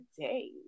today